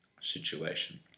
situation